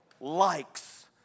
likes